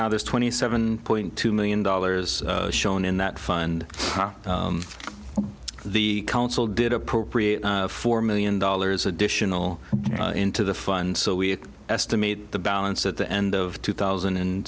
now there's twenty seven point two million dollars shown in that fund the council did appropriate four million dollars additional into the fund so we estimate the balance at the end of two thousand and